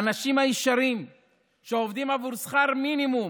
האנשים הישרים שעובדים עבור שכר מינימום